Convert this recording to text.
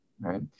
right